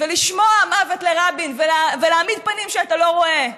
ולשמוע "מוות לרבין", ולהעמיד פנים שאתה לא רואה,